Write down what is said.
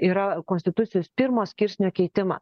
yra konstitucijos pirmo skirsnio keitima